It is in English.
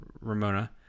ramona